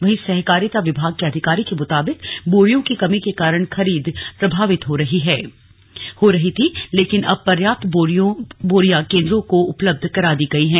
वहीं सहकारिता विभाग के अधिकारी के मुताबिक बोरियों की कमी के कारण खरीद प्रभावित हो रही थी लेकिन अब पर्याप्त बोरियां केंद्रों को उपलब्ध करा दी गई है